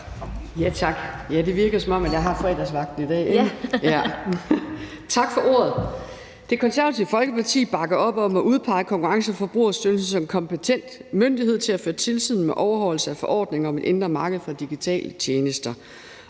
Tak. Det virker, som om jeg har fredagsvagten i dag. Tak for ordet. Det Konservative Folkeparti bakker op om at udpege Konkurrence- og Forbrugerstyrelsen som kompetent myndighed til at føre tilsyn med overholdelse af forordningen om et indre marked for digitale tjenester.